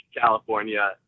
California